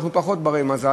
אנחנו פחות ברי-מזל,